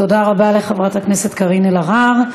תודה רבה לחברת הכנסת קארין אלהרר.